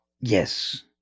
yes